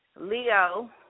Leo